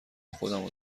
خودمو